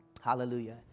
Hallelujah